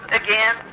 again